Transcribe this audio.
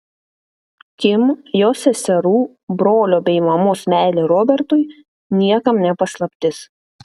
kim jos seserų brolio bei mamos meilė robertui niekam ne paslaptis